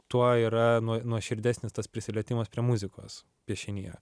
tuo yra nuo nuoširdesnis tas prisilietimas prie muzikos piešinyje